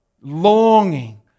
longing